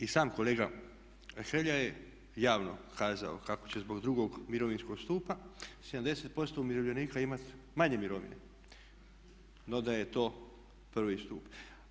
I sam kolega Hrelja je javno kazao kako će zbog drugog mirovinskog stupa 70% umirovljenika imati manje mirovine, no da je to prvi stup.